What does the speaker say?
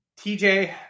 TJ